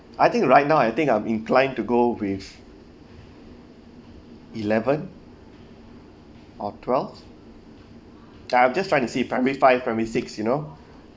I think right now I think I'm inclined to go with eleven or twelve I'm just trying to see primary five primary six you know